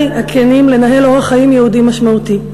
הכנים לנהל אורח חיים יהודי משמעותי,